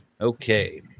Okay